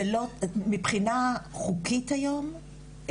זה --- חוק ביטוח בריאות